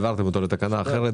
העברתם אותו לתקנה אחרת,